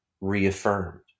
reaffirmed